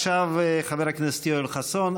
עכשיו חבר הכנסת יואל חסון.